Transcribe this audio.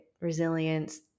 resilience